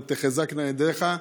ותחזקנה ידיך,